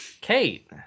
Kate